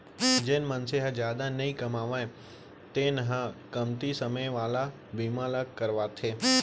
जेन मनसे ह जादा नइ कमावय तेन ह कमती समे वाला बीमा ल करवाथे